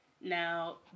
Now